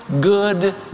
good